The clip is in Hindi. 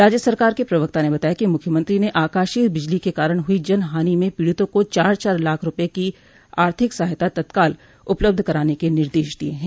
राज्य सरकार के प्रवक्ता ने बताया कि मुख्यमंत्री ने आकाशीय बिजली के कारण हुई जन हानि में पीड़ितों को चार चार लाख रूपये की आर्थिक सहायता तत्काल उपलब्ध कराने के निर्देश दिये हैं